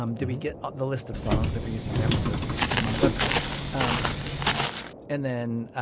um did we get ah the list of songs that we're using in the episodes so we can put them on the website? and um and then